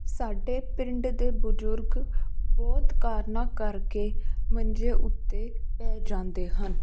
ਸਾਡੇ ਪਿੰਡ ਦੇ ਬਜ਼ੁਰਗ ਬਹੁਤ ਕਾਰਨਾਂ ਕਰਕੇ ਮੰਜੇ ਉੱਤੇ ਪੈ ਜਾਂਦੇ ਹਨ